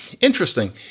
interesting